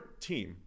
team